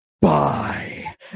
bye